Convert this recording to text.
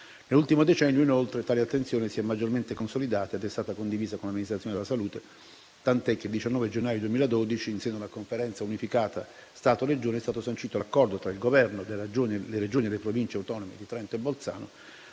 Nell'ultimo decennio, inoltre, tale attenzione si è maggiormente consolidata ed è stata condivisa con l'amministrazione della Salute, tanto che il 19 gennaio 2012, in seno alla Conferenza unificata Stato-Regioni, è stato sancito l'accordo tra il Governo, le Regioni e le Province autonome di Trento e Bolzano